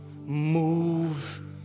move